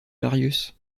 marius